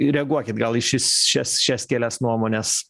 reaguokit gal į šis šias šias kelias nuomones